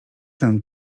ten